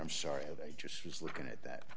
i'm sorry of i just was looking at that